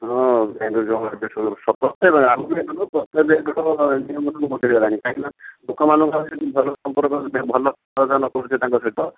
ହଁ କାହିଁକିନା ଲୋକମାନଙ୍କୁ ଆଉ ଯଦି ଭଲ ସମ୍ପର୍କ ନ ରଖିବେ ଭଲ ସମ୍ପର୍କ ନ ରଖୁଛେ ତାଙ୍କ ସହିତ